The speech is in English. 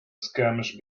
skirmish